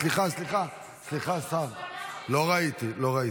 סליחה, השר, לא ראיתי.